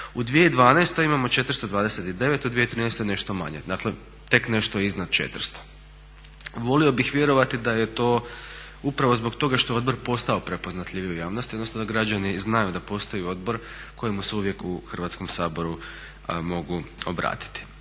U 2012. imamo 429, u 2013. nešto manje. Dakle, tek nešto iznad 400. Volio bih vjerovati da je to upravo zbog toga što je odbor postao prepoznatljiviji u javnosti odnosno da građani znaju da postoji odbor kojemu se uvijek u Hrvatskom saboru mogu obratiti.